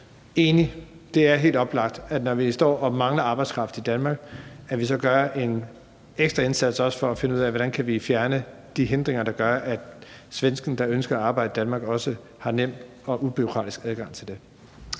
Det er helt oplagt, når vi står og mangler arbejdskraft i Danmark, at vi så gør en ekstra indsats for også at finde ud af, hvordan vi kan fjerne de hindringer, der gør, at svensken, der ønsker at arbejde i Danmark, også har nem og ubureaukratisk adgang til det.